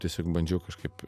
tiesiog bandžiau kažkaip